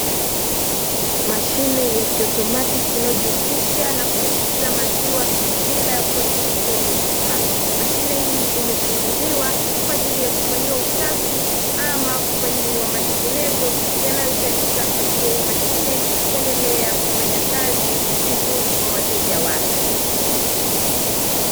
Mashine ya kiautomatiki, inayojusisha na kuuza maziwa bila ya kuwepo mtoa huduma. Mashine hii, imefunguliwa kwa ajili ya kufanyiwa usafi, ama kufanyiwa matengenezo yanayohitajika kwa ajili ya hiyo mashine kuendelea kufanya kazi vizuri kwa wateja wake.